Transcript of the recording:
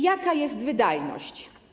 Jaka jest wydajność?